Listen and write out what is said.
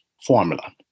formula